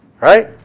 right